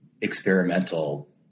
experimental